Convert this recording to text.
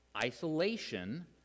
isolation